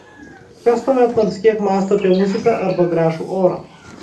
kas tuomet nors kiek mąsto apie muziką arba gražų orą